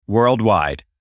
Worldwide